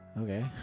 Okay